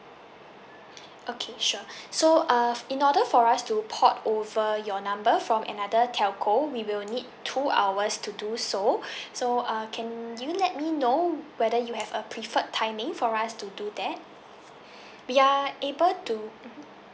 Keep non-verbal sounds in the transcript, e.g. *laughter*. okay sure so err in order for us to pot over your number from another telco we will need two hours to do so *breath* so uh can you let me know whether you have a preferred timing for us to do that we are able to